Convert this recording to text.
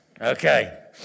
Okay